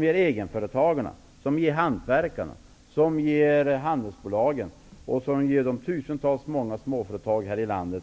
Denna företagsskattereform ger egenföretagarna, hantverkarna, handelsbolagen och tusentals småföretag här i landet